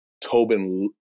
Tobin